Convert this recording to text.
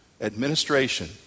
administration